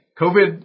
COVID